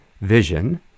vision